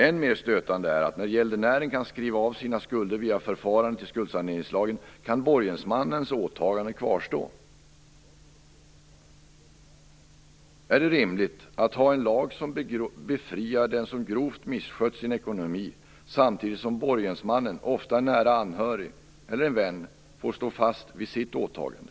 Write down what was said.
Än mer stötande är, att när gäldenären kan skriva av sina skulder via förfarandet i skuldsaneringslagen kan borgensmannens åtagande kvarstå. Är det rimligt att ha en lag som befriar den som grovt misskött sin ekonomi, samtidigt som borgensmannen - ofta en nära anhörig eller en vän - får stå fast vid sitt åtagande.